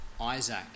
Isaac